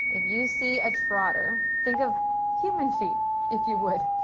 if you see a trotter, think of human feet if you would.